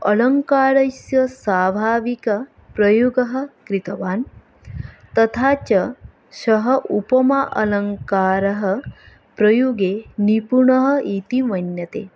अलङ्कारस्य स्वाभाविकप्रयोगः कृतवान् तथा च सः उपमा अलङ्कारः प्रयोगे निपुणः इति मन्यते